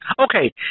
Okay